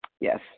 Yes